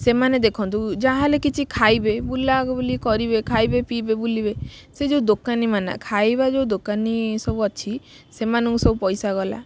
ସେମାନେ ଦେଖନ୍ତୁ ଯାହା ହେଲେ କିଛି ଖାଇବେ ବୁଲାବୁଲି କରିବେ ଖାଇବେ ପିଇବେ ବୁଲିବେ ସେ ଯେଉଁ ଦୋକାନୀ ମାନେ ଖାଇବା ଯେଉଁ ଦୋକାନୀ ସବୁ ଅଛି ସେମାନଙ୍କୁ ସବୁ ପଇସା ଗଲା